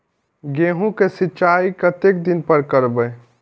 गेहूं का सीचाई कतेक दिन पर करबे?